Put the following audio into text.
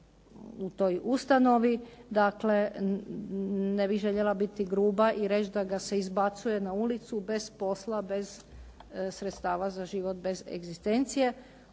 u toj ustanovi. Dakle, ne bih željela biti gruba i reći da ga se izbacuje na ulicu bez posla, bez sredstava za život, bez egzistencije.